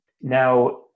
now